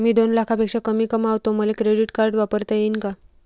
मी दोन लाखापेक्षा कमी कमावतो, मले क्रेडिट कार्ड वापरता येईन का?